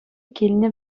килнӗ